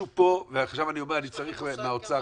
מהאוצר,